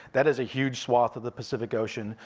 that is a huge swath of the pacific ocean,